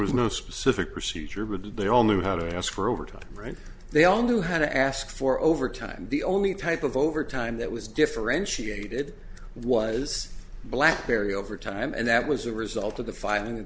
was no specific procedure really they all knew how to ask for overtime right they all knew how to ask for overtime the only type of overtime that was differentiated was black berry over time and that was a result of the fi